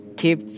keep